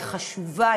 היא חשובה,